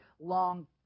long